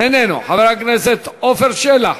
אינו נוכח, חבר הכנסת עפר שלח,